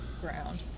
ground